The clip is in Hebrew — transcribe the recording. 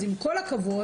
אז עם כל הכבוד,